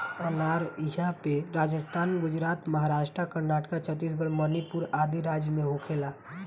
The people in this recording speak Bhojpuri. अनार इहां पे राजस्थान, गुजरात, महाराष्ट्र, कर्नाटक, छतीसगढ़ मणिपुर आदि राज में होखेला